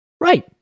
right